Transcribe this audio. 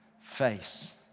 face